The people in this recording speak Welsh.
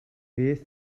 beth